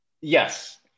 yes